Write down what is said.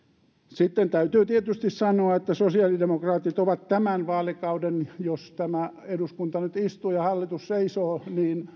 sitten täytyy tietysti sanoa että sosiaalidemokraatit ovat tämän vaalikauden lopussa jos tämä eduskunta nyt istuu ja hallitus seisoo